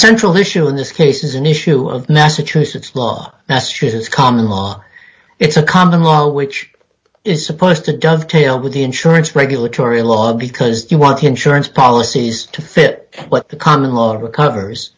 central issue in this case is an issue of massachusetts law that's his common law it's a common law which is supposed to dovetail with the insurance regulatory law because you want him surance policies to fit what the common law recovers